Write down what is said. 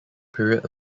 period